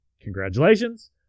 congratulations